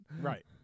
Right